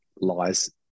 lies